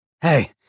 Hey